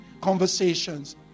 conversations